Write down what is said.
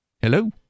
Hello